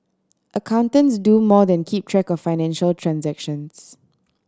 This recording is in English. accountants do more than keep track of financial transactions